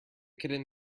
kitten